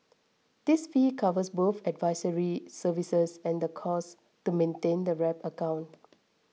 this fee covers both advisory services and the costs to maintain the wrap account